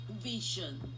vision